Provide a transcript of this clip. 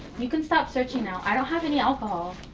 you can stop searching now. i don't have any alcohol.